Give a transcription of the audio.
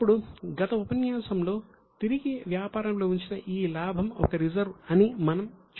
ఇప్పుడు గత ఉపన్యాసంలో తిరిగి వ్యాపారంలో ఉంచిన ఈ లాభం ఒక రిజర్వ్ అని మనం చూశాము